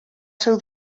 seu